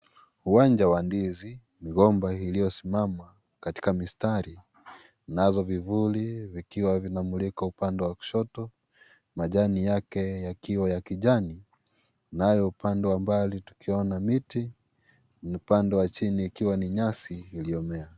Uwanja wa ndizi. Migomba iliyosimama katika mistari. Nazo vivuli, vikiwa vinamulika upande wa kushoto. Majani yake yakiwa ya kijani, nayo upande wa mbali, tukiona miti. Upande wa chini ikiwa ni nyasi iliyomea.